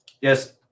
yes